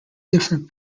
different